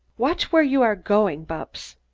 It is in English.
watch where you are going, bupps!